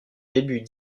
début